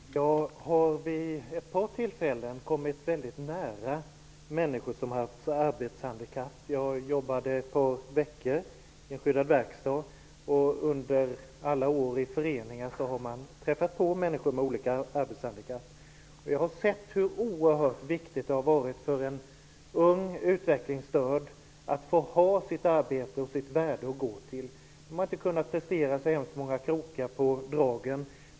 Herr talman! Jag har vid ett par tillfällen kommit väldigt nära människor som har haft arbetshandikapp. Jag jobbade ett par veckor i en skyddad verkstad, och under alla år i föreningar har jag träffat på människor med olika arbetshandikapp. Jag har sett hur oerhört viktigt det har varit för unga utvecklingsstörda att få ha sitt värde och sitt arbete att gå till. De har inte kunnat prestera så hemskt många krokar på dragen.